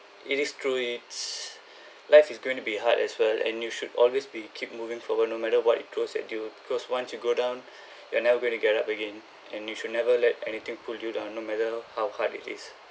it is true it's life is going to be hard as well and you should always be keep moving forward no matter what it throws at you because once you go down you're never going to get up again and you should never let anything pull you down no matter how hard it is